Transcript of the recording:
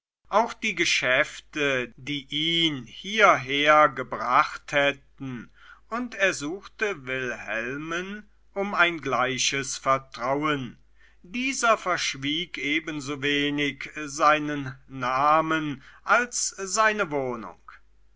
auch die geschäfte die ihn hierher gebracht hätten und ersuchte wilhelmen um ein gleiches vertrauen dieser verschwieg ebensowenig seinen namen als seine wohnung